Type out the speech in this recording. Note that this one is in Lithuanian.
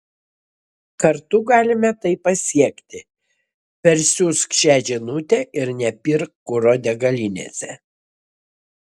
kartu galime tai pasiekti persiųsk šią žinute ir nepirk kuro degalinėse